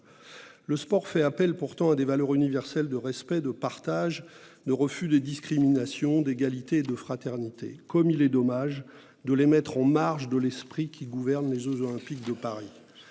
Le sport fait pourtant appel à des valeurs universelles de respect, de partage, de refus des discriminations, d'égalité et de fraternité. Comme il est dommage de les mettre en marge de l'esprit qui gouverne les jeux Olympiques de Paris